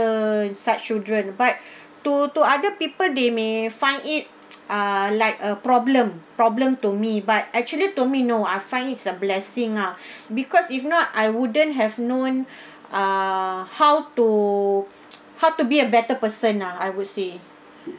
such children but to to other people they may find it ah like a problem problem to me but actually to me no I find it's a blessing lah because if not I wouldn't have known uh how to how to be a better person lah I would say